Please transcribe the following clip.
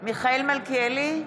מלכיאלי,